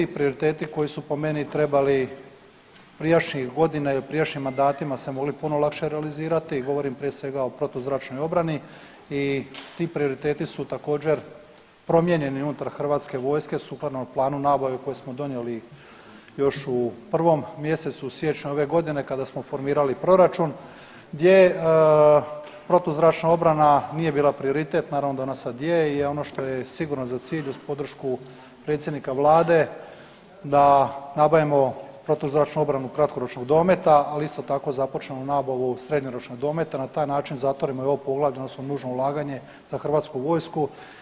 I prioriteti koji su po meni trebali prijašnjih godina i u prijašnjim mandatima se mogli puno lakše realizirati, govorim prije svega o protuzračnoj obrani i ti prioriteti su također promijenjeni unutar hrvatske vojske su ponovo u planu nabave koji smo donijeli još u prvom mjesecu siječnju ove godine kada smo formirali proračun gdje protuzračna obrana nije bila prioritet, naravno da ona sad je i ono što je sigurno za cilj uz podršku predsjednika vlade da nabavimo protuzračnu obranu kratkoročnog dometa, ali isto tako započnemo nabavu srednjoročnog dometa, na taj način zatvorimo i ovo poglavlje odnosno nužno ulaganje za hrvatsku vojsku.